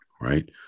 right